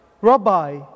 Rabbi